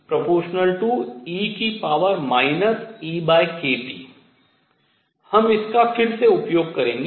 ऊर्जा Ee EkT हम इसका फिर से उपयोग करेंगे